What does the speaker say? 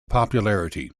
popularity